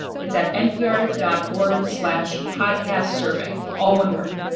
it's at npr dot org slash podcastsurvey, all one word.